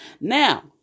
Now